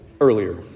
earlier